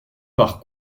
par